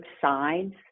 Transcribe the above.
sides